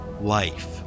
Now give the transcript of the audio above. life